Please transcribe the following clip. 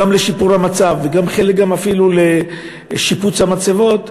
גם לשיפור המצב וגם חלק אפילו לשיפוץ המצבות,